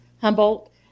Humboldt